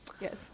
Yes